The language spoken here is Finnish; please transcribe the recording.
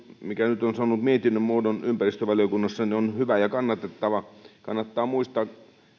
mikä nyt on saanut mietinnön muodon ympäristövaliokunnassa on hyvä ja kannatettava kannattaa muistaa